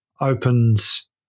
opens